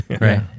Right